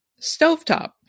Stovetop